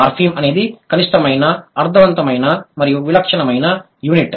morpheme అనేది కనిష్ఠమైన అర్థవంతమైన మరియు విలక్షణమైన యూనిట్